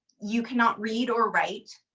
you cannot read or write.